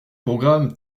programme